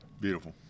beautiful